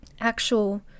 actual